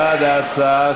בעד ההצעה,